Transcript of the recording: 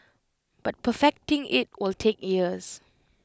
but perfecting IT will take years